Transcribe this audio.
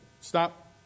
stop